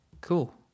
cool